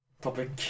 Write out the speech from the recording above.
topic